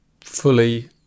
fully